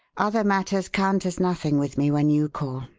other matters count as nothing with me when you call.